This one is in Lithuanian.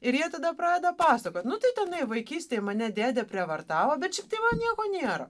ir jie tada pradeda pasakot nu tai tenai vaikystėj mane dėdė prievartavo bet šiaip tai man nieko nėra